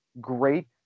great